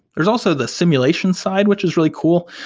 there's also the simulation side, which is really cool.